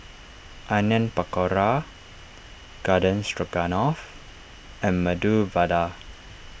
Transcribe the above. Onion Pakora Garden Stroganoff and Medu Vada